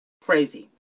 crazy